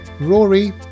Rory